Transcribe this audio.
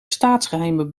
staatsgeheimen